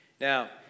Now